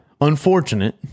Unfortunate